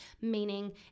meaning